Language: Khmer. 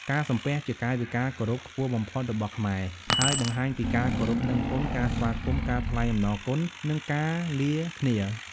ការសំពះ ជាកាយវិការគោរពខ្ពស់បំផុតរបស់ខ្មែរ ហើយបង្ហាញពីការគោរពដឹងគុណ ការស្វាគមន៍ ការថ្លែងអំណរគុណ និងការលាគ្នា។